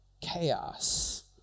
chaos